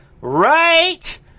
right